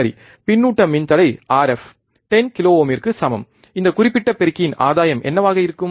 பின்னூட்ட மின்தடை Rf 10 kilo ஓமிற்கு சமம் இந்த குறிப்பிட்ட பெருக்கியின் ஆதாயம் என்னவாக இருக்கும்